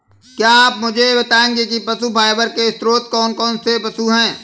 क्या आप मुझे बताएंगे कि पशु फाइबर के स्रोत कौन कौन से पशु हैं?